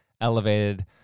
elevated